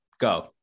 go